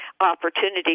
opportunity